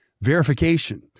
verification